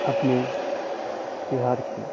अपने बिहार की